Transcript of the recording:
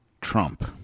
Trump